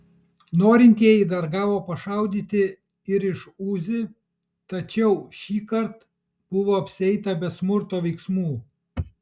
norintieji dar gavo pašaudyti ir iš uzi tačiau šįkart buvo apsieita be smurto veiksmų